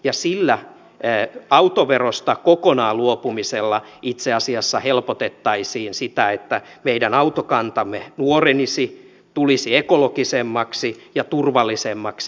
ja sillä autoverosta kokonaan luopumisella itse asiassa helpotettaisiin sitä että meidän autokantamme nuorenisi tulisi ekologisemmaksi ja turvallisemmaksi